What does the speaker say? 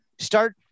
Start